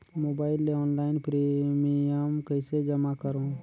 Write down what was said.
Mobile ले online premium कइसे जमा करों?